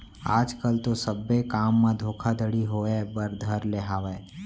आज कल तो सब्बे काम म धोखाघड़ी होय बर धर ले हावय